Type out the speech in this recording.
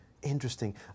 Interesting